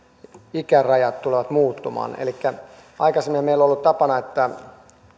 ikärajat tulevat muuttumaan elikkä aikaisemminhan meillä on ollut tapana että